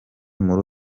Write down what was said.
muri